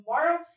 tomorrow